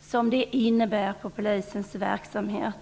som det innebär för Polisens verksamhet.